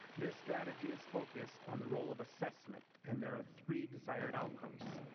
this strategy is focused on the role of assessments and there are three desired outcomes,